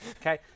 okay